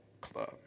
Club